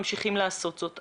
ממשיכים לעשות זאת.